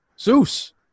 Zeus